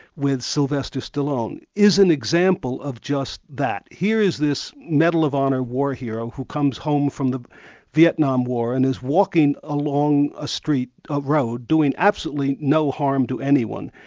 with sylvester stallone, is an example of just that. here is this medal of honour war hero who comes home from the vietnam war and is walking along ah a ah road, doing absolutely no harm to anyone,